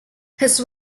his